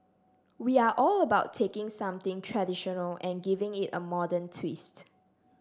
we are all about taking something traditional and giving it a modern twist